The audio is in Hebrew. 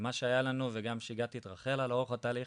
ומה שהיה לנו, וגם שיגעתי את רחלה לאורך התהליך,